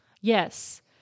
Yes